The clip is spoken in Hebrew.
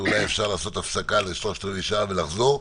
אז אולי אפשר לעשות הפסקה לשלושת-רבעי שעה ולחזור.